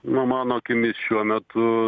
nu mano akimis šiuo metu